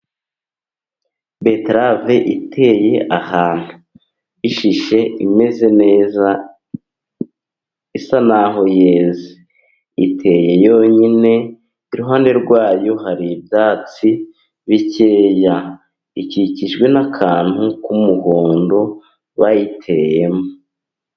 Beterave iteye ahantu ishishe imeze neza, isa naho yeze iteye yonyine, iruhande rwayo hari ibyatsi bikeya, ikikijwe n'akantu k'umuhondo bayiteyemo.